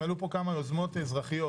2. עלו פה כמה יוזמות אזרחיות